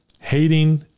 hating